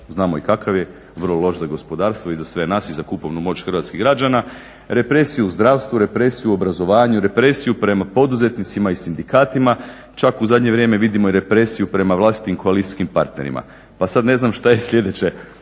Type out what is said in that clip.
Znamo i kakav je – vrlo loš za gospodarstvo i za sve nas i za kupovnu moć hrvatskih građana, represiju u zdravstvu, represiju u obrazovanju, represiju prema poduzetnicima i sindikatima. Čak u zadnje vrijeme vidimo i represiju prema vlastitim koalicijskim partnerima, pa sad ne znam šta je sljedeće